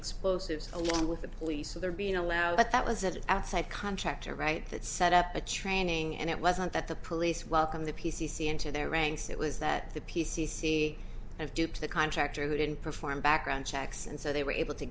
explosives along with the police of their being allowed but that was at an outside contractor right that set up a training and it wasn't that the police welcomed the p c c into their ranks it was that the p c c have duped the contractor who didn't perform background checks and so they were able to